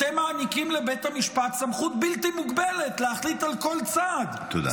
אתם מעניקים לבית המשפט סמכות בלתי מוגבלת להחליט על כל צעד -- תודה.